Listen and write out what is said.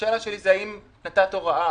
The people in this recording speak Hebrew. השאלה שלי היא האם נתת הוראה.